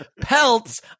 pelts